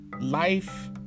life